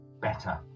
better